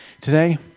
Today